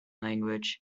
language